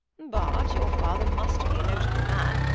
but your father must be a notable man.